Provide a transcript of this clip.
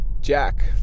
Jack